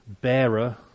bearer